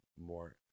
more